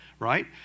Right